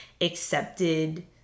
accepted